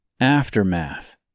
Aftermath